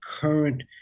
current